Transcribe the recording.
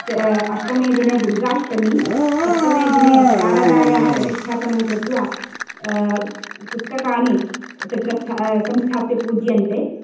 च अष्टमे दिने दुर्गाष्टमी सप्तमे दिने शारदायाः प्रतिष्ठापनं कृत्वा पुस्तकानि तत्र स्था संस्थाप्य पूज्यन्ते